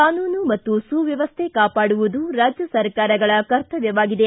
ಕಾನೂನು ಮತ್ತು ಸುವ್ಯವಸ್ಥೆ ಕಾಪಾಡುವುದು ರಾಜ್ಯ ಸರ್ಕಾರಗಳ ಕರ್ತವ್ಯವಾಗಿದೆ